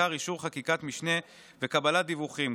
בעיקר אישור חקיקת משנה וקבלת דיווחים.